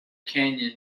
canyon